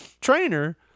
trainer